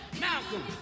Malcolm